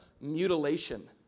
mutilation